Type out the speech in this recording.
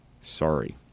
sorry